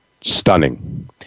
stunning